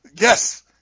Yes